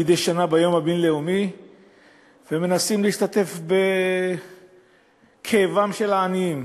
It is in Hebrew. מדי שנה ביום הבין-לאומי ומנסים להשתתף בכאבם של העניים.